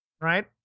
right